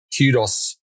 kudos